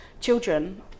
children